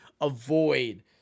avoid